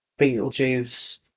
Beetlejuice